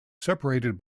separated